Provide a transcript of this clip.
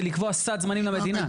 זה לקבוע סד זמנים למדינה.